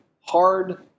hard